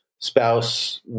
spouse